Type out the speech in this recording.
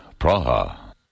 Praha